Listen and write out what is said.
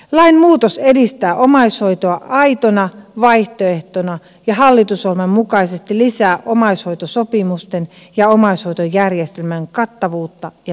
lainmuutos edistää omaishoitoa aitona vaihtoehtona ja hallitusohjelman mukaisesti lisää omaishoitosopimusten ja omaishoitojärjestelmän kattavuutta ja merkitystä